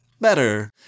Better